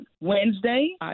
Wednesday